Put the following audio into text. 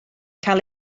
cael